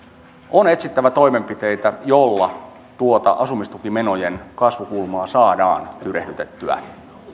on etsittävä toimenpiteitä joilla tuota asumistukimenojen kasvukulmaa saadaan tyrehdytettyä